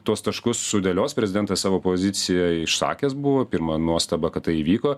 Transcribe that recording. tuos taškus sudėlios prezidentas savo poziciją išsakęs buvo pirma nuostaba kad tai įvyko